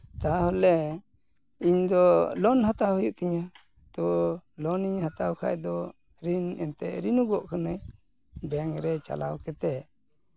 ᱛᱟᱦᱚᱞᱮ ᱤᱧᱫᱚ ᱞᱳᱱ ᱦᱟᱛᱟᱣ ᱦᱩᱭᱩᱜ ᱛᱤᱧᱟᱹ ᱛᱚ ᱞᱳᱱᱤᱧ ᱦᱟᱛᱟᱣ ᱠᱷᱚᱡ ᱫᱚ ᱨᱤᱱ ᱮᱱᱛᱮᱫ ᱨᱤᱱᱚᱜᱚᱜ ᱠᱟᱹᱱᱟᱹᱧ ᱵᱮᱝᱠ ᱨᱮ ᱪᱟᱞᱟᱣ ᱠᱟᱛᱮᱫ